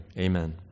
amen